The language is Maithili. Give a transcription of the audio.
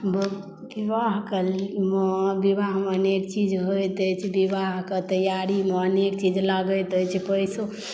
विवाहके विवाहमे अनेक चीज होइत अछि विवाहके तैयारी मे अनेक चीज लागैत अछि पैसो